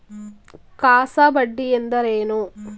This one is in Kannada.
ಕಾಸಾ ಬಡ್ಡಿ ಎಂದರೇನು?